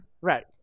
Right